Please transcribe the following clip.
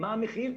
מה המחיר?